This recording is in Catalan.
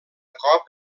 cop